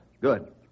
Good